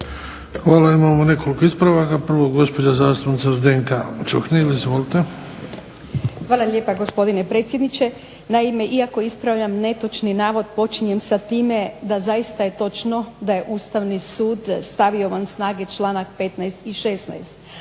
Hvala. Imamo nekoliko ispravaka. Prvo gospođa zastupnica Zdenka Čuhnil, izvolite. **Čuhnil, Zdenka (Nezavisni)** Hvala lijepa gospodine predsjedniče. Naime, iako ispravljam netočni navod počinjem sa time da zaista je točno da je Ustavni sud stavio van snage članak 15. i 16.,